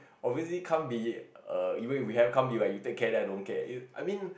obviously can't be err even if we have can't be like you take care then I don't care err I mean